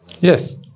Yes